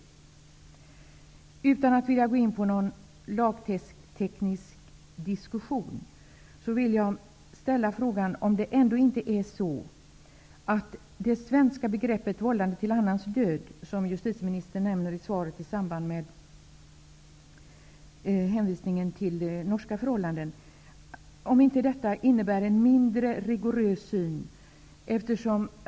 Justitieministern nämner det svenska begreppet vållande till annans död i svaret, i samband med hänvisningen till norska förhållanden. Utan att gå in på någon lagteknisk diskussion vill jag fråga om inte detta innebär en mindre rigorös syn.